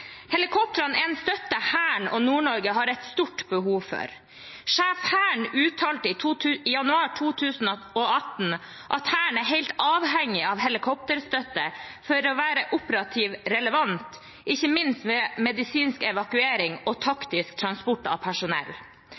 Helikoptrene er en støtte Hæren og Nord-Norge har et stort behov for. Sjef Hæren uttalte i januar 2018 at Hæren er helt avhengig av helikopterstøtte for å være operativt relevant, ikke minst ved medisinsk evakuering og taktisk transport av personell.